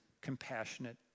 compassionate